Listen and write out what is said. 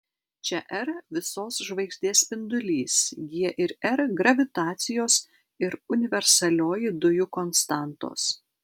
čia r visos žvaigždės spindulys g ir r gravitacijos ir universalioji dujų konstantos